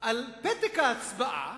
על פתק ההצבעה